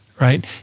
right